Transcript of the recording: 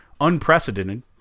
unprecedented